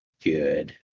good